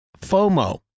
FOMO